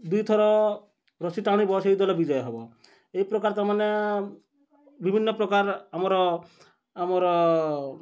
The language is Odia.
ଦୁଇଥର ରସି ଟାଣିବ ସେଇ ଦଲ ବିଜୟ ହବ ଏହିପ୍ରକାର ତାମାନେ ବିଭିନ୍ନ ପ୍ରକାର ଆମର ଆମର